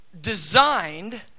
designed